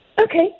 Okay